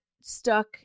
stuck